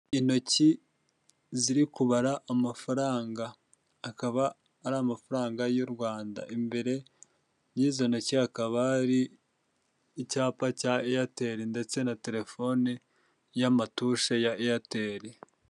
Intoki ziri kubara amafaranga akaba ari amafaranga y'u Rwanda, imbere y'izo ntoki hakaba hari icyapa cya eyateri ndetse na telefoni y'amatushe ya eyateri.